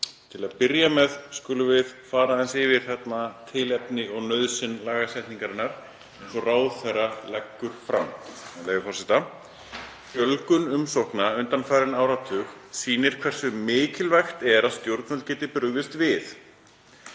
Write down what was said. Til að byrja með skulum við fara aðeins yfir tilefni og nauðsyn lagasetningarinnar eins og ráðherra leggur fram, með leyfi forseta: „Fjölgun umsókna undanfarinn áratug sýnir hversu mikilvægt er að stjórnvöld geti brugðist við,